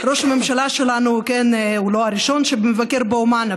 ראש הממשלה שלנו הוא לא הראשון שמבקר בעומאן,